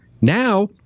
Now